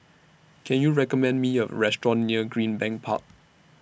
Can YOU recommend Me A Restaurant near Greenbank Park